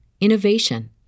innovation